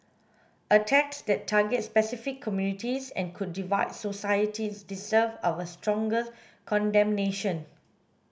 attacks that target specific communities and could divide societies deserve our strongest condemnation